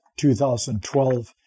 2012